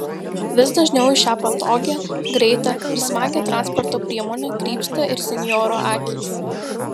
vis dažniau į šią patogią greitą ir smagią transporto priemonę krypsta ir senjorų akys